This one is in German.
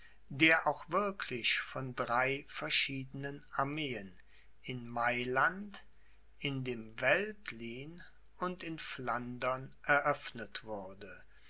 der auch wirklich von drei verschiedenen armeen in mailand in dem veltlin und in flandern eröffnet wurde